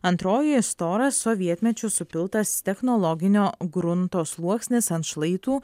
antroji storas sovietmečiu supiltas technologinio grunto sluoksnis ant šlaitų